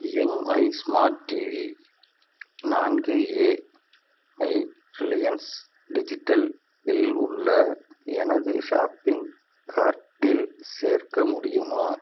Mi smart TV நான்கு A I Reliance digital இல் உள்ள எனது ஷாப்பிங் கார்ட்டில் சேர்க்க முடியுமா